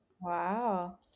Wow